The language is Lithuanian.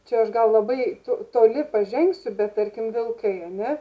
čia aš gal labai toli pažengsiu bet tarkim vilkai ane